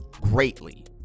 greatly